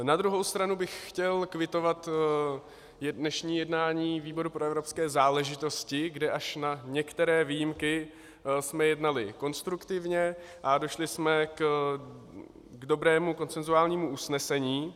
Na druhou stranu bych chtěl kvitovat dnešní jednání výboru pro evropské záležitosti, kde až na některé výjimky jsme jednali konstruktivně a došli jsme k dobrému konsenzuálnímu usnesení.